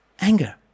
Anger